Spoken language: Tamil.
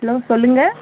ஹலோ சொல்லுங்கள்